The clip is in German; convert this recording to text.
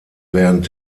während